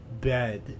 bed